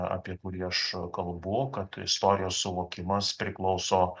apie kurį aš kalbu kad istorijos suvokimas priklauso